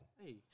Hey